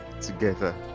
together